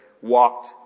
walked